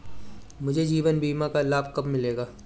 मुझे जीवन बीमा का लाभ कब मिलेगा?